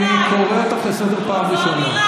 אני קורא אותך לסדר פעם ראשונה.